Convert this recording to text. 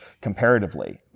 comparatively